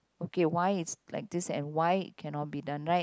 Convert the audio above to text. okay why it's like this and why it cannot be done right